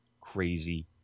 crazy